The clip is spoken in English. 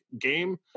game